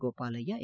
Gopalaiah A